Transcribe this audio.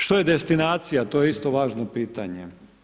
Što je destinacija, to je isto važno pitanje.